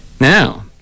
Now